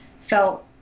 felt